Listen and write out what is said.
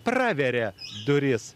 praveria duris